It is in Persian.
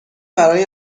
برای